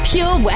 Pure